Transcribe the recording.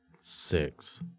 six